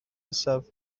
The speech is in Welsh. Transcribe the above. nesaf